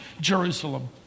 Jerusalem